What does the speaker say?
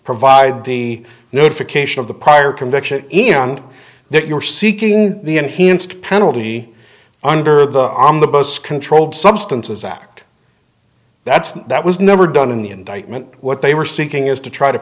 provide the notification of the prior conviction and there you are seeking the enhanced penalty under the on the bus controlled substances act that's that was never done in the indictment what they were seeking is to try to